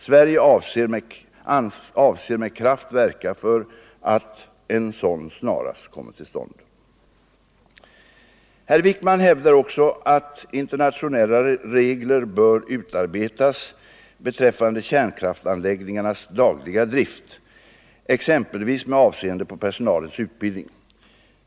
Sverige avser att med kraft verka för att en sådan snarast kommer till stånd. Herr Wijkman hävdar också att internationella regler bör utarbetas beträffande kärnkraftanläggningarnas dagliga drift, exempelvis med avseende på personalens utbildning.